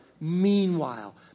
Meanwhile